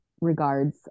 regards